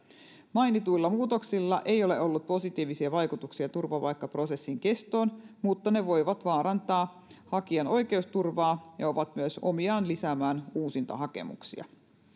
mainituilla muutoksilla ei ole ollut positiivisia vaikutuksia turvapaikkaprosessin kestoon mutta ne voivat vaarantaa hakijan oikeusturvaa ja ovat myös omiaan lisäämään uusintahakemuksia